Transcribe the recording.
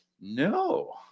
No